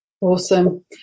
Awesome